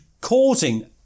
causing